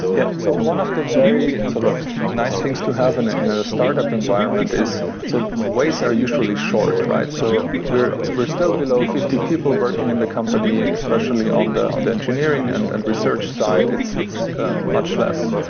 yeah. so one of the very sort of nice things to have in in a startup environment is, so ways are usually short, right? so we're we're still below fifty people working in the company, especially on the and engineering and and research side, it's it's much less.